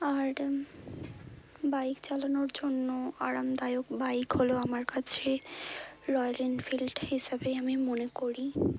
আর bike চালানোর জন্য আরামদায়ক বাইক হলো আমার কাছে রয়্যাল এনফিল্ড হিসেবেই আমি মনে করি